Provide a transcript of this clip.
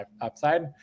upside